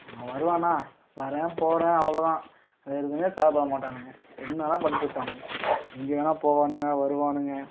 அவன் வருவானா வரேன் போகிறேன் அவ்வளோதான் வேற எதுவுமே கவலைப்பட மாட்டானுங்க என்னதான் பண்ணிட்ருப்பானுங்க எங்கெங்ககன்னா போவானுங்க வருவானுங்க